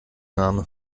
name